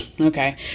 okay